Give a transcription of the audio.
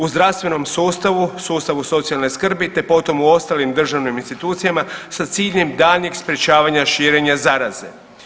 U zdravstvenom sustavu, sustavu socijalne skrbi te potom u ostalim državnim institucijama, sa ciljem daljnjeg sprječavanja širenja zaraze.